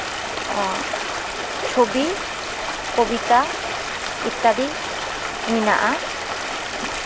ᱚ ᱪᱷᱚᱵᱤ ᱠᱚᱵᱤᱛᱟ ᱤᱛᱛᱟᱫᱤ ᱢᱮᱱᱟᱜᱼᱟ